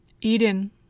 Eden